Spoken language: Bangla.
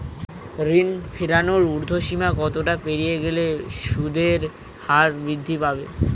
ঋণ ফেরানোর উর্ধ্বসীমা কতটা পেরিয়ে গেলে সুদের হার বৃদ্ধি পাবে?